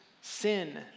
sin